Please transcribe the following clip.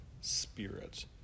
spirit